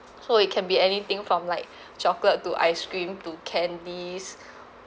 so it can be anything from like chocolate to ice cream to candies